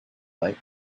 light